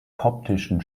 koptischen